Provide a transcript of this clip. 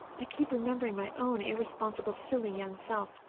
i keep remembering my own irresponsible silly young self,